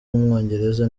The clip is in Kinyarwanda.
w’umwongereza